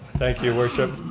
thank you, your worship.